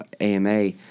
AMA